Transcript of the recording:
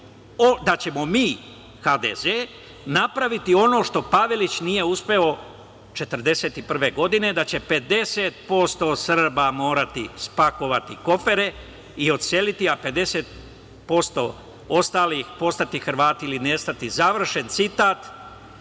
da ćemo mi, HDZ, napraviti ono što Pavelić nije uspeo 1941. godine, da će 50% Srba morati spakovati kofere i odseliti a 50% ostalih postati Hrvati ili nestati". To je rekao